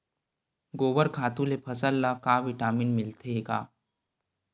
गोबर खातु ले फसल ल का विटामिन मिलथे का?